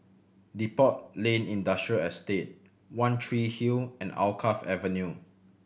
Depot Lane Industrial Estate One Tree Hill and Alkaff Avenue